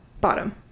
bottom